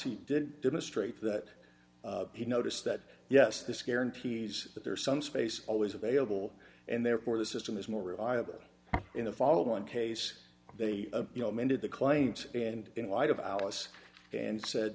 he did demonstrate that he noticed that yes this guarantees that there is some space always available and therefore the system is more reliable in the fall of one case they you know amended the claims and in light of alice and said